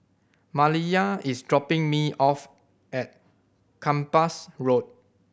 Maliyah is dropping me off at Kempas Road